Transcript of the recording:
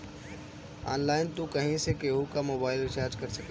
online तू कहीं से केहू कअ मोबाइल रिचार्ज कर सकेला